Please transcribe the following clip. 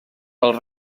els